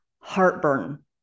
heartburn